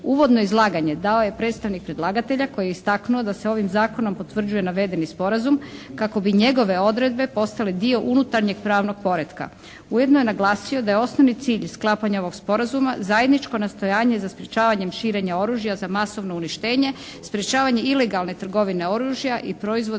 Uvodno izlaganje dao je predstavnik predlagatelja koji je istaknuo da se ovim zakonom potvrđuje navedeni sporazum kako bi njegove odredbe postale dio unutarnjeg pravnog poretka. Ujedno je naglasio da je osnovni cilj sklapanja ovog sporazuma zajedničko nastojanje za sprečavanjem širenja oružja za masovno uništenje, sprečavanje ilegalne trgovine oružja i proizvoda